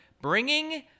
bringing